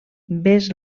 vés